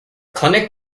clinic